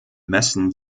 messen